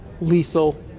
lethal